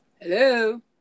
hello